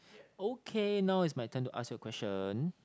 okay now is my turn to ask you a question